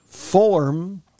form